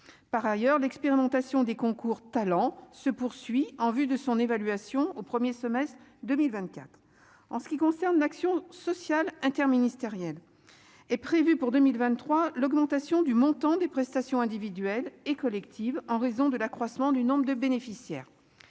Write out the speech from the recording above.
par ailleurs l'expérimentation des concours Talents se poursuit en vue de son évaluation au 1er semestre 2024 en ce qui concerne l'action sociale interministérielle est prévue pour 2023, l'augmentation du montant des prestations individuelles et collectives, en raison de l'accroissement du nombre de bénéficiaires,